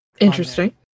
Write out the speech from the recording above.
Interesting